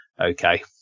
okay